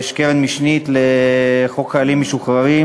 יש קרן משנית לחוק חיילים משוחררים,